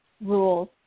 rules